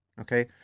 okay